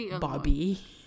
Bobby